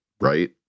Right